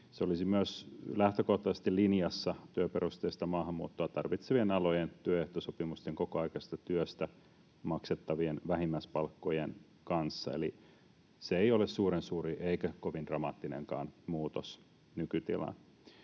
Se olisi lähtökohtaisesti myös linjassa työperusteista maahanmuuttoa tarvitsevien alojen työehtosopimusten kokoaikaisesta työstä maksettavien vähimmäispalkkojen kanssa, eli se ei ole suuren suuri eikä kovin dramaattinenkaan muutos nykytilaan.